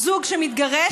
זוג שמתגרש,